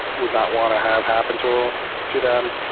would not want to have happen to to them,